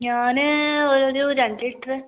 ഞാന് ഒരു രണ്ട് ലിറ്റ്റ്